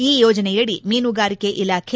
ಈ ಯೋಜನೆಯಡಿ ಮೀನುಗಾರಿಕೆ ಇಲಾಖೆ